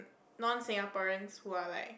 non Singaporeans who are like